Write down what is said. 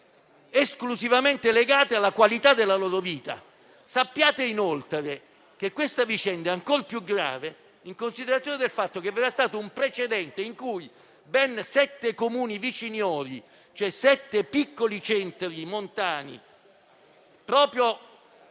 esclusivamente legate alla qualità della loro vita. Sappiate inoltre che questa vicenda è ancor più grave in considerazione del fatto che vi era stato un precedente in cui ben sette Comuni viciniori (cioè sette piccoli centri montani